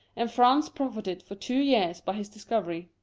and france profited for two years by his discovery.